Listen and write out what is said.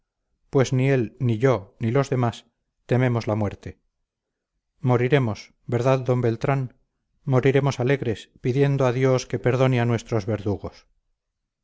pues ni él ni yo ni los demás tememos la muerte moriremos verdad d beltrán moriremos alegres pidiendo a dios que perdone a nuestros verdugos